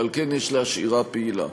ועל כן יש להשאירה פעילה.